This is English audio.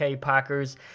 packers